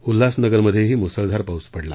उल्हानगरमध्येही मुसळधार पाऊस पडला